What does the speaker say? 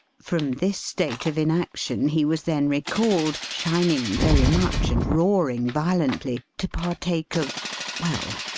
from this state of inaction he was then recalled, shining very much and roaring violently, to partake of well!